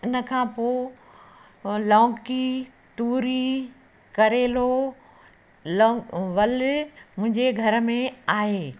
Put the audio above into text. हिन खां पोइ लौकी तूरी करेलो लोंक वल मुंहिंजे घर में आहे